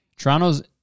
torontos